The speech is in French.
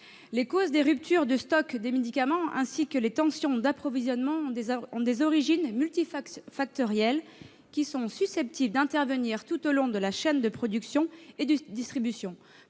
Les causes des ruptures de stock de médicaments, ainsi que les tensions d'approvisionnement, ont des origines multifactorielles susceptibles d'intervenir tout au long de la chaîne de production et de distribution.